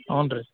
ಹ್ಞೂ ರೀ